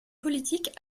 politique